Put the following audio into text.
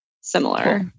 similar